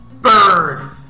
bird